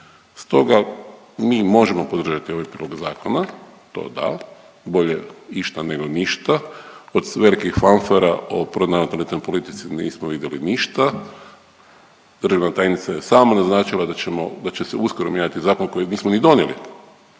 Stoga mi možemo podržati ovaj prijedlog zakona, to da, bolje išta nego ništa od velikih fanfara o pronatalitetnoj politici mi nismo vidjeli ništa. Državna tajnica je sama naznačila da ćemo, da će se uskoro mijenjati zakon kojeg nismo ni donijeli